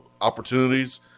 opportunities